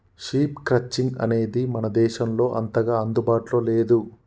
sheep crutching అనేది మన దేశంలో అంతగా అందుబాటులో లేదు